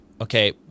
okay